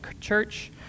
church